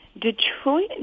Detroit